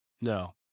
No